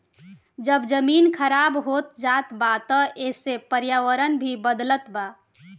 जब जमीन खराब होत जात बा त एसे पर्यावरण भी बदलत बा